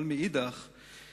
אבל מאידך גיסא,